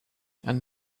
and